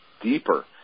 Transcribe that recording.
deeper